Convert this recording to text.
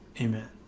Amen